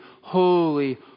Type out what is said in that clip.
holy